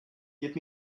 give